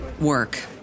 work